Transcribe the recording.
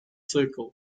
цикл